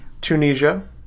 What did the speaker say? Tunisia